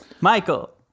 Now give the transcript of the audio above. Michael